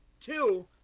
Two